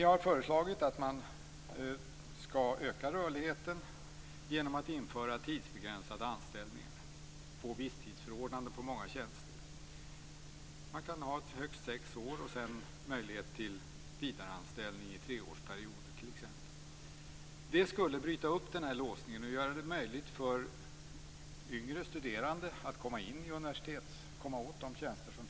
Vi har föreslagit att rörligheten ökas genom att det införs tidsbegränsade anställningar av visstidsförordnande för många tjänster. Man kan ha t.ex. högst sex år och sedan ha möjlighet till vidare anställning i treårsperioder. Det skulle bryta låsningen och göra det möjligt för yngre studerande att komma åt de tjänster som finns inom universitetet.